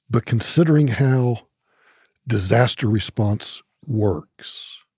but considering how disaster response works,